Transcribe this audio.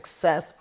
success